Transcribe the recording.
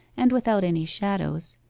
and without any shadows,